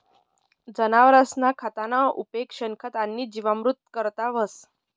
जनावरसना खतना उपेग शेणखत आणि जीवामृत करता व्हस